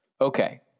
okay